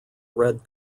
red